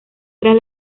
tras